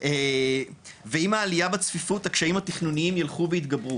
ועם העלייה בצפיפות הקשיים התכנוניים ילכו ויתגברו.